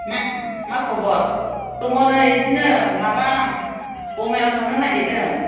मा मा खबर दङ नै बिदिनो माबा बङाइआव थांनो नागिरदों